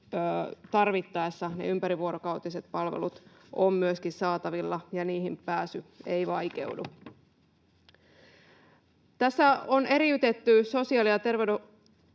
tarvittaessa myös ne ympärivuorokautiset palvelut ovat saatavilla ja niihin pääsy ei vaikeudu. Tässä on eriytetty sosiaalihuoltolakiin